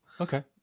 Okay